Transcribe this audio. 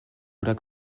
oder